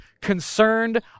concerned